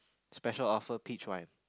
special offer peach wine